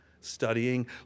Studying